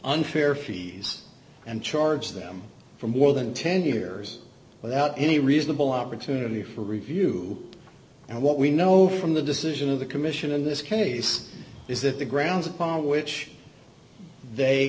unfair fees and charge them for more than ten years without any reasonable opportunity for review and what we know from the decision of the commission in this case is that the grounds upon which they